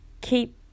Keep